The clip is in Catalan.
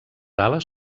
ales